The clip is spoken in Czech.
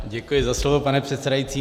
Děkuji za slovo, pane předsedající.